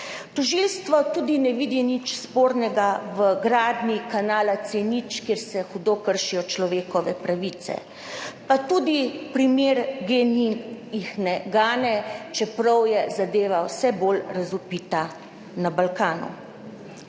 Tožilstvo tudi ne vidi nič spornega v gradnji kanala C0, kjer se hudo kršijo človekove pravice. Pa tudi primer GEN-I jih ne gane, čeprav je zadeva vse bolj razvpita na Balkanu.